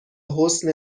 حسن